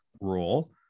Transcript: rule